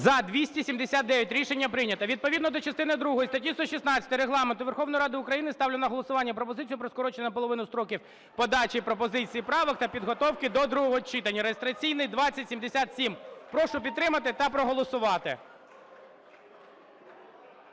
За-279 Рішення прийнято. Відповідно до частини другої статті 116 Регламенту Верховної Ради України ставлю на голосування пропозицію про скорочення наполовину строків подачі пропозицій і правок та підготовки до другого читання (реєстраційний 2077). Прошу підтримати та проголосувати.